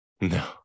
No